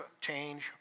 change